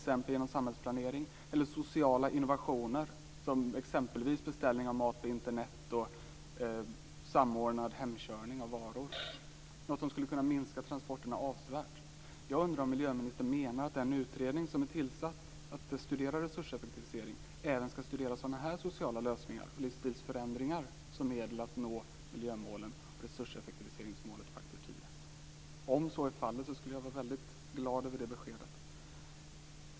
Det är samhällsplanering eller sociala innovationer, som exempelvis beställning av mat på Internet och samordnad hemkörning av varor. Det är något som skulle kunna minska transporterna avsevärt. Jag undrar om miljöministern menar att den utredning som är tillsatt för att studera resurseffektivisering även skall studera sådana här sociala lösningar och livsstilsförändringar som medel att nå miljömålen och resurseffektiviseringsmålet faktor tio. Om så är fallet skulle jag vara väldigt glad över det beskedet.